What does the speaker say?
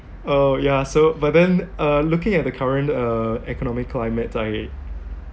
oh yeah so but then uh looking at the current uh economic climate I